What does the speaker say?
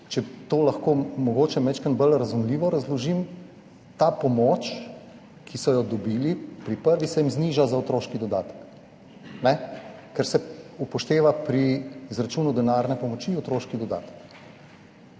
Če to lahko mogoče malo bolj razumljivo razložim, ta pomoč, ki so jo dobili pri prvi, se jim zniža za otroški dodatek, ker se pri izračunu denarne pomoči upošteva otroški dodatek.